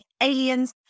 Aliens